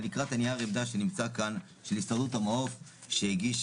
אני אקרא את נייר העמדה שנמצא כאן של הסתדרות המעוף שהגיש